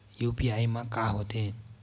UPI मा का होथे?